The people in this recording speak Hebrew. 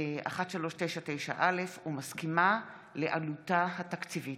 1399/א' ומסכימה לעלותה התקציבית.